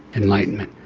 enlightenment,